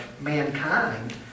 mankind